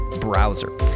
browser